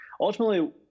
Ultimately